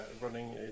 running